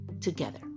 together